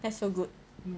that's so good